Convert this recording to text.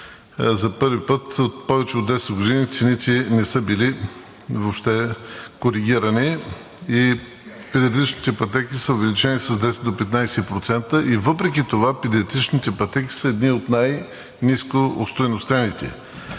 за първи път. Повече от 10 години цените не са били въобще коригирани и предишните пътеки са увеличени с 10 до 15%. Въпреки това педиатричните пътеки са едни от най-ниско остойностените.